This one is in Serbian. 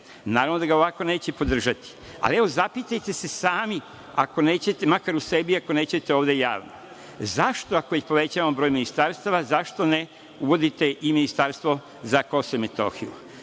Naravno da ga ovako neće podržati. Ali, evo, zapitajte se sami, makar u sebi, ako nećete ovde javno, zašto ako već povećavamo broj ministarstava, zašto ne uvodite i ministarstvo za KiM?